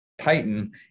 Titan